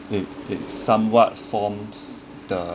it it somewhat forms the